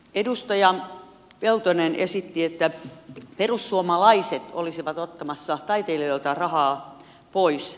edustaja peltonen esitti että perussuomalaiset olisivat ottamassa taiteilijoilta rahaa pois